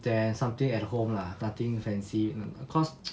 then something at home lah nothing fancy and of course